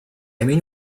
mean